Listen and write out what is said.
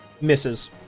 Misses